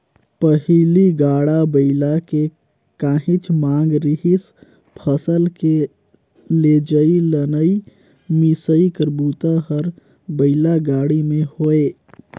पहिली गाड़ा बइला के काहेच मांग रिहिस फसल के लेजइ, लनइ, मिसई कर बूता हर बइला गाड़ी में होये